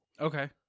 Okay